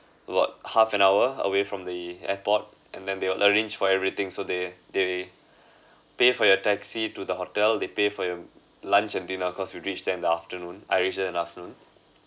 about half an hour away from the airport and then they'll arrange for everything so they they pay for your taxi to the hotel they pay for your lunch and dinner cause we reach there in the afternoon I reach there in the afternoon